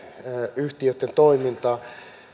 yhtiöitten toimintaa